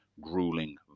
grueling